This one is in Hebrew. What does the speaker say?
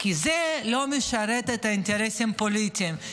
כי זה לא משרת את האינטרסים הפוליטיים,